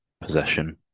possession